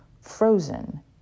frozen